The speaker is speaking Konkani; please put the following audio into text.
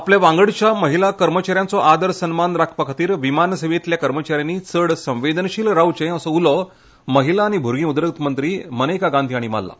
आपल्या वांगडच्या महिला कर्मच्याऱ्यांचो आदर सन्मान राखपा खातीर विमान सेवेंतल्या कर्मच्या यांनी चड संवेदनशील रावचें असो उलो महिला आनी भुरगीं उदरगत मंत्री मनेका गांधी हांणी मारला